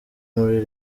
muri